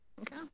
Okay